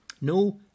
No